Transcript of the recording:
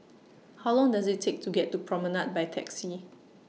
How Long Does IT Take to get to Promenade By Taxi